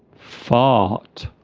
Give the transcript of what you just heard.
fart